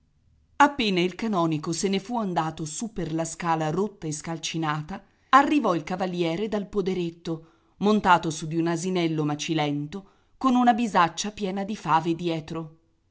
appena il canonico se ne fu andato su per la scala rotta e scalcinata arrivò il cavaliere dal poderetto montato su di un asinello macilento con una bisaccia piena di fave dietro